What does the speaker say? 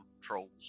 trolls